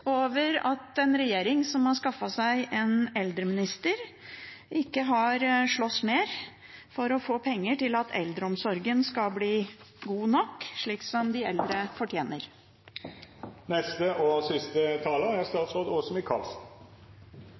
over at en regjering som har skaffet seg en eldreminister, ikke har slåss mer for å få penger til å sørge for at eldreomsorgen skal bli god nok, slik som de eldre fortjener. Jeg deler interpellantens syn om at det er